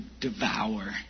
devour